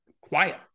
quiet